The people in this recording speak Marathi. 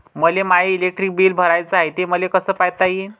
मले माय इलेक्ट्रिक बिल भराचं हाय, ते मले कस पायता येईन?